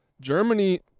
Germany